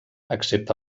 excepte